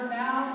now